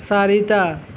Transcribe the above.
চাৰিটা